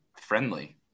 friendly